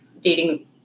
Dating